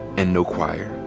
and no choir.